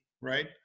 right